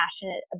passionate